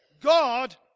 God